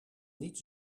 niet